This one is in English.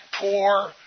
poor